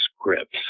scripts